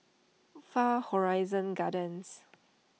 Far Horizon Gardens